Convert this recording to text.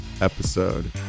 episode